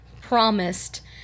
promised